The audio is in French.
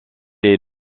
est